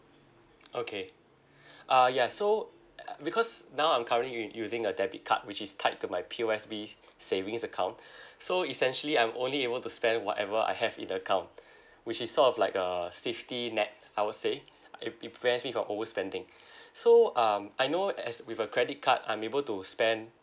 okay ah ya so uh because now I'm currently u~ using a debit card which is tied to my P_O_S_B savings account so essentially I'm only able to spend whatever I have in the account which is sort of like a safety net I'll say uh it prevents me from over spending so um I know as with a credit card I'm able to spend